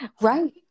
Right